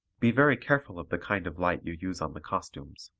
be very careful of the kind of light you use on the costumes.